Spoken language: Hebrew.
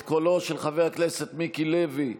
את קולו של חבר הכנסת מיקי לוי,